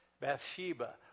Bathsheba